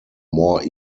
more